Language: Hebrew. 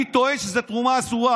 אני טוען שזו תרומה אסורה,